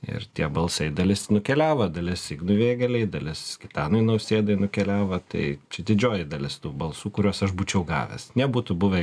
ir tie balsai dalis nukeliavo dalis ignui vėgėlei dalis gitanui nausėdai nukeliavo tai čia didžioji dalis tų balsų kuriuos aš būčiau gavęs nebūtų buvę